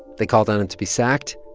they called on him to be sacked.